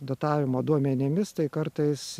datavimo duomenimis tai kartais